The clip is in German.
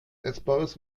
essbares